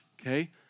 okay